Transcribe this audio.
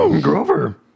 Grover